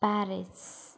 Paris